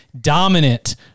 dominant